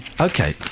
Okay